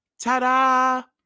Ta-da